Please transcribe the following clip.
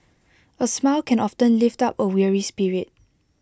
A smile can often lift up A weary spirit